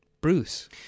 Bruce